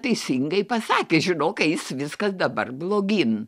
teisingai pasakė žinok kai eis viskas dabar blogyn